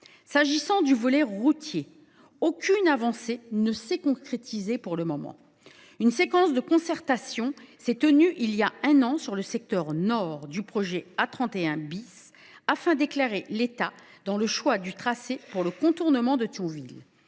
S’agissant du volet routier, aucune avancée ne s’est concrétisée pour le moment. Une séquence de concertation s’est tenue voilà un an sur le secteur nord du projet A31 , afin d’éclairer l’État dans le choix du tracé pour le contournement de Thionville.